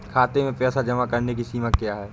खाते में पैसे जमा करने की सीमा क्या है?